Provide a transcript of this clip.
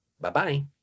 Bye-bye